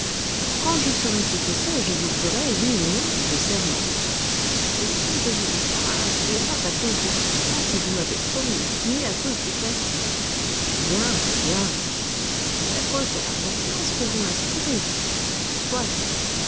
quand je saurai ce que c'est je vous ferai oui ou non ce serment si je vous dis ça ce n'est pas à cause des six francs que vous m'avez promis ni à cause du cassis bien bien c'est à cause de la confiance que vous m'inspirez soit